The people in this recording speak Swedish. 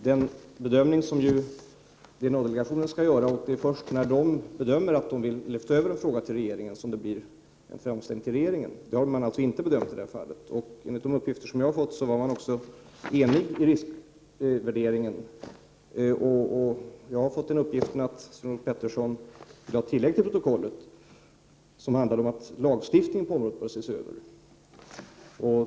Herr talman! Det är först när DNA-delegationen bedömt att den vill lyfta över frågan till regeringen som det blir en framställning till regeringen. Det har den alltså ännu inte gjort. Enligt uppgifter som jag har fått var delegationen enig i riskvärderingen. Jag har fått uppgiften att Sven-Olof Petersson ville göra ett tillägg till protokollet som gick ut på att man bör se över lagstiftningen på detta område.